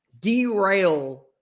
derail